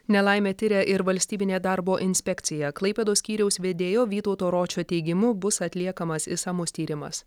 nelaimę tiria ir valstybinė darbo inspekcija klaipėdos skyriaus vedėjo vytauto ročio teigimu bus atliekamas išsamus tyrimas